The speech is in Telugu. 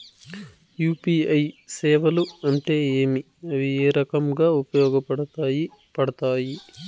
యు.పి.ఐ సేవలు అంటే ఏమి, అవి ఏ రకంగా ఉపయోగపడతాయి పడతాయి?